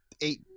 eight